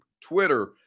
Twitter